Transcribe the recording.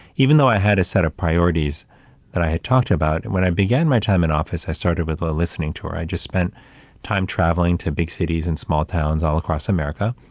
even though i had a set of priorities that i had talked about, and when i began my time in office, i started with a listening tour. i just spent time traveling to big cities and small towns all across america.